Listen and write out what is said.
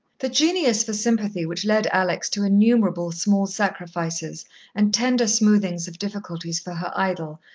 the genius for sympathy which led alex to innumerable small sacrifices and tender smoothings of difficulties for her idol,